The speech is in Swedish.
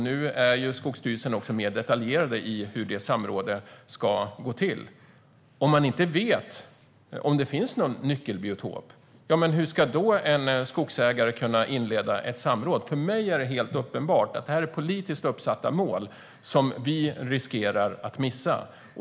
Nu är Skogsstyrelsen också mer detaljerad om hur det samrådet ska gå till. Om man inte vet om det finns en nyckelbiotop, hur ska en skogsägare då kunna inleda ett samråd? För mig är det helt uppenbart att det här är politiskt uppsatta mål som vi riskerar att missa.